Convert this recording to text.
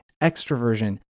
extroversion